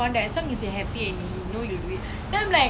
ya I told my mother about it she say ya go ahead